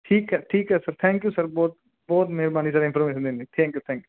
ਠੀਕ ਹੈ ਠੀਕ ਹੈ ਸਰ ਥੈਂਕ ਯੂ ਸਰ ਬਹੁਤ ਬਹੁਤ ਮਿਹਰਬਾਨੀ ਇੰਟਰੋਗੇਸ਼ਨ ਦੇਣ ਲਈ ਥੈਂਕ ਯੂ